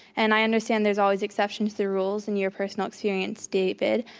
and i understand there's always exceptions to the rules, in your personal experience david.